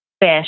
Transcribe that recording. fish